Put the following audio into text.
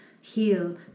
heal